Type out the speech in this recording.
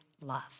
love